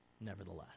nevertheless